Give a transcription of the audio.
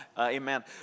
Amen